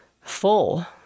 full